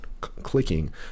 clicking